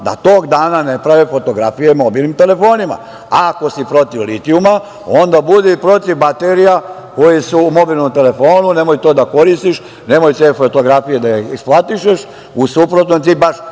da tog dana ne prave fotografije mobilnim telefonima. Ako si protiv litijuma, onda budu protiv baterija koje su u mobilnom telefonu, nemoj to da koristiš, nemoj te fotografije da eksploatišeš, jer u suprotnom ti baš